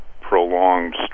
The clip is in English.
prolonged